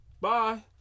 Bye